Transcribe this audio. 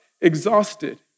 exhausted